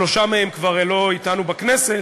שלושה מהם כבר לא אתנו בכנסת,